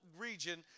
region